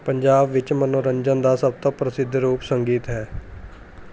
ਪੰਜਾਬ ਵਿੱਚ ਮਨੋਰੰਜਨ ਦਾ ਸਭ ਤੋਂ ਪ੍ਰਸਿੱਧ ਰੂਪ ਸੰਗੀਤ ਹੈ